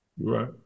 Right